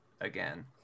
again